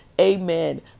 Amen